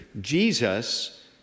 Jesus